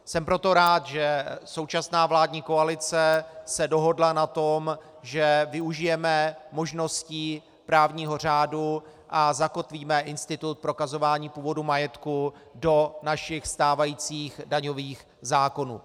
Jsem proto rád, že současná vládní koalice se dohodla na tom, že využijeme možností právního řádu a zakotvíme institut prokazování původu majetku do našich stávajících daňových zákonů.